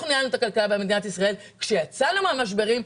כאשר אנחנו ניהלנו את הכלכלה במדינת ישראל - כשיצאנו מהמשברים,